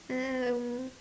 um